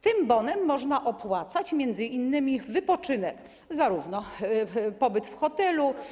Tym bonem można opłacać m.in. wypoczynek, zarówno pobyt w hotelu.